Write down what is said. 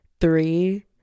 three